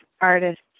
artists